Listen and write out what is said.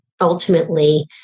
Ultimately